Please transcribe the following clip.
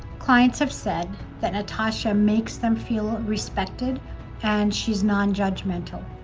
clients have said that natasha makes them feel respected and she's non-judgmental.